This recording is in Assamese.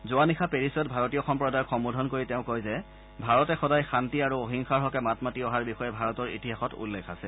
যোৱা নিশা পেৰিচত ভাৰতীয় সম্প্ৰদায়ক সম্বোধন কৰি তেওঁ কয় যে ভাৰতে সদায় শান্তি আৰু অহিংসাৰ হকে মাত মাতি অহাৰ বিষয়ে ভাৰতৰ ইতিহাসত উল্লেখ আছে